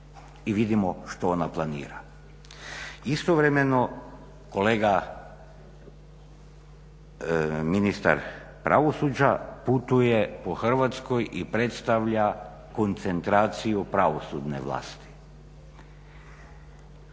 i vidimo što ona planira. Istovremeno kolega ministar pravosuđa putuje po Hrvatskoj i predstavlja koncentraciju pravosudne vlasti.